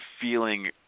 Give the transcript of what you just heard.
feeling